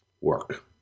work